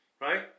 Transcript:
Right